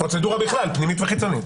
פרוצדורה בכלל, פנימית וחיצונית.